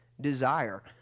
desire